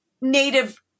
Native